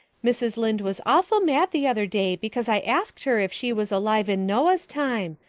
mrs. lynde was awful mad the other day because i asked her if she was alive in noah's time.